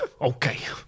Okay